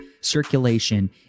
circulation